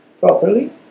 properly